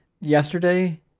yesterday